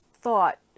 thought